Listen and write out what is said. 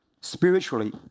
Spiritually